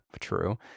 True